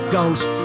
Ghost